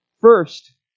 First